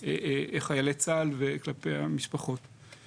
בוא נגיד שאנחנו מציעים הקפאה לשלוש שנים.